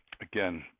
again